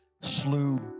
slew